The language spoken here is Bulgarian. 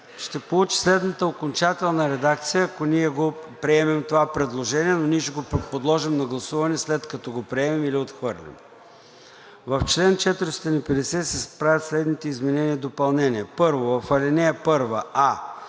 ще получи следната окончателна редакция, ако приемем това предложение, но ние ще го подложим на гласуване, след като го приемем или отхвърлим: „В чл. 450 се правят следните изменения и допълнения: 1. В ал. 1: а) в т.